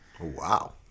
Wow